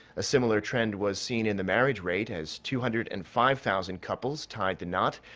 a similar trend was seen in the marriage rate. as two hundred and five thousand couples tied the knot.